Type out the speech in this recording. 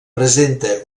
presenta